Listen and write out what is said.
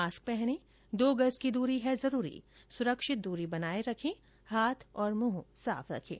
mask पहनें दो गज की दूरी है जरूरी सुरक्षित दूरी बनाए रखें हाथ और मुंह साफ रखें